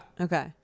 okay